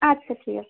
আচ্ছা ঠিক আছে